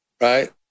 Right